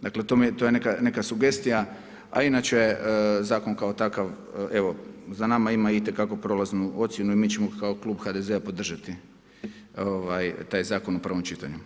Dakle, to je neka sugestija, a inače zakon kao takav, evo, za nama ima itekako prolaznu ocjenu i mi ćemo kao Klub HDZ-a podržati taj zakon u prvom čitanju.